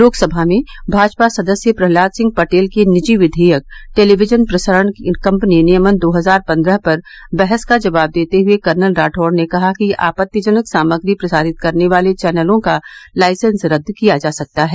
लोकसभा में भाजपा सदस्य प्रहलाद सिंह पटेल के निजी विघेयक टेलीविजन प्रसारण कंपनीनियमन दो हजार पन्द्रह पर बहस का जवाब देते हुए कर्नल राठौड़ ने कहा कि आपत्तिजनक सामग्री प्रसारित करने वाले चैनलों का लाइसेंस रद्द किया जा सकता है